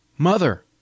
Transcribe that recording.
Mother